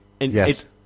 Yes